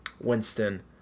Winston